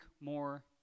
more